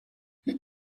der